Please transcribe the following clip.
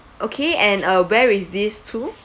okay and uh where is this to